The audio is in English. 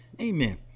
Amen